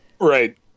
Right